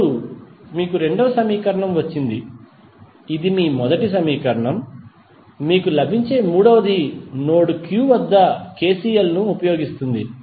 ఇప్పుడు మీకు రెండవ సమీకరణం వచ్చింది ఇది మీ మొదటి సమీకరణం మీకు లభించే మూడవది నోడ్ Q వద్ద KCL ను ఉపయోగిస్తుంది